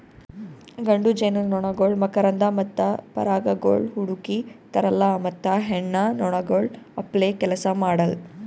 ಗಂಡು ಜೇನುನೊಣಗೊಳ್ ಮಕರಂದ ಮತ್ತ ಪರಾಗಗೊಳ್ ಹುಡುಕಿ ತರಲ್ಲಾ ಮತ್ತ ಹೆಣ್ಣ ನೊಣಗೊಳ್ ಅಪ್ಲೇ ಕೆಲಸ ಮಾಡಲ್